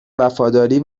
وفاداری